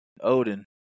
Odin